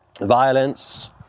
violence